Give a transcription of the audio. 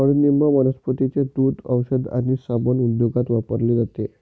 कडुनिंब वनस्पतींचे दूध, औषध आणि साबण उद्योगात वापरले जाते